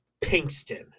Pinkston